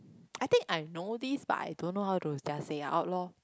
I think I know this but I don't know how to just say out lor